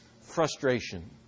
frustration